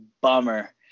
bummer